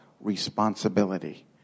responsibility